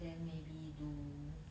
then maybe do